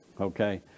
okay